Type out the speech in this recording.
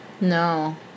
No